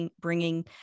bringing